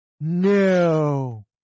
No